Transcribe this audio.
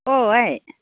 अ' आइ